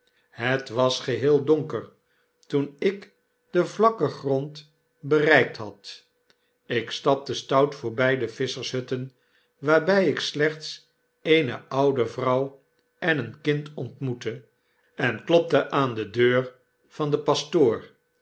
het was geheel donker toen ik den vlakken grond bereikt had ik stapte stout voorby de visschershutten waarby ik slechts eene oude vrouw en een kind ontmoette en klopte aan de deur van den pastoor